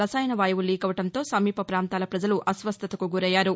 రసాయన వాయువు లీకవడంతో సమీప పాంతాల ప్రజలు అస్వస్థతకు గురయ్యారు